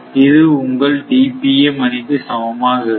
இது உங்கள் DPM அணிக்கு சமமாக இருக்கும்